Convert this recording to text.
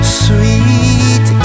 sweet